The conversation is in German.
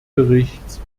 berichts